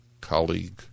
colleague